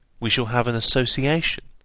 we shall have an association,